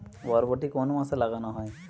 বরবটি কোন মাসে লাগানো হয়?